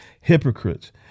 hypocrites